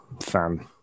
fan